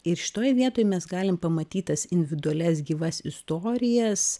ir šitoj vietoj mes galim pamatyt tas individualias gyvas istorijas